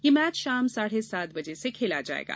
यह मैच शाम साढ़े सात बजे से खेला जाएगा